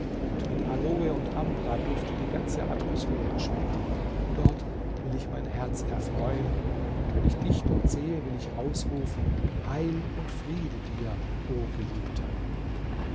und mit aloe und ambraduft die ganze atmosphäre schwängern dort will ich mein herz erfreuen und wenn ich dich dort sehe will ich ausrufen heil und friede dir o geliebter